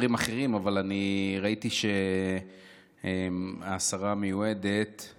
אבל ראיתי שהשרה המיועדת מאי,